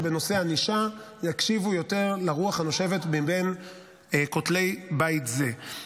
שבנושא ענישה יקשיבו יותר לרוח הנושבת מבין כותלי בית זה.